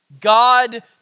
God